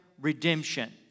redemption